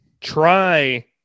try